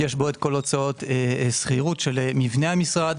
יש בו כל הוצאות השכירות של מבנה המשרד,